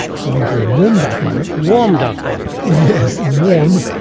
something called warm dark matter. warm dark matter? yes, warm.